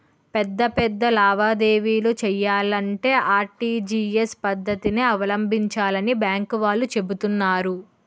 పెద్ద పెద్ద లావాదేవీలు చెయ్యాలంటే ఆర్.టి.జి.ఎస్ పద్దతినే అవలంబించాలని బాంకు వాళ్ళు చెబుతున్నారు